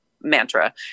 mantra